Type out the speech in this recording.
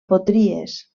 potries